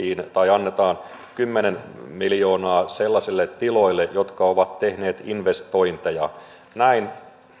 annetaan kymmenen miljoonaa sellaisille tiloille jotka ovat tehneet investointeja niin